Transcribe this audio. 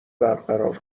برقرار